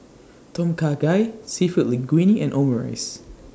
Tom Kha Gai Seafood Linguine and Omurice